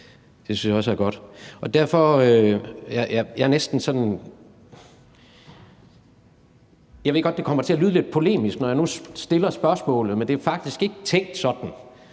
det synes jeg også er godt. Jeg ved godt, at det kommer til at lyde lidt polemisk, når jeg nu stiller spørgsmålet, men det er faktisk ikke tænkt sådan,